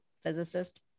physicist